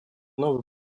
новый